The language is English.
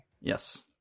Yes